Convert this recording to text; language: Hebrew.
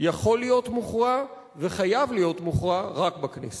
יכול להיות מוכרע וחייב להיות מוכרע רק בכנסת.